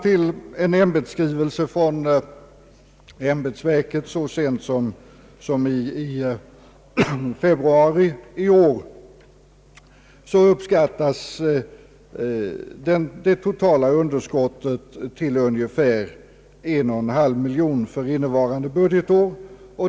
I en ämbetsskrivelse från ämbetsverket så sent som i februari i år uppskattas det totala underskottet till ungefär en och en halv miljon kronor för innevarande budgetår.